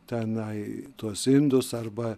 tenai tuos indus arba